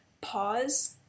pause